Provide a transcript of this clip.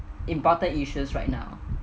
important issues right now